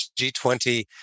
G20